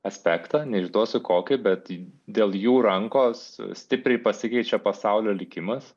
aspektą neišduosiu kokį bet dėl jų rankos stipriai pasikeičia pasaulio likimas